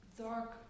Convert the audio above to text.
dark